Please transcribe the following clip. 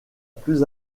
plus